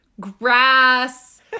grass